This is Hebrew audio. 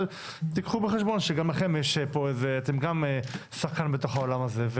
אבל תקחו בחשבון שגם אתם שחקן בתוך העולם הזה,